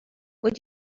would